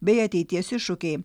bei ateities iššūkiai